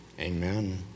Amen